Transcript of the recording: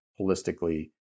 holistically